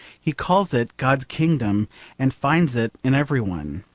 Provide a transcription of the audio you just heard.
he calls it god's kingdom and finds it in every one.